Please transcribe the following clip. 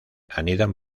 anidan